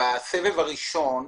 בסבב הראשון,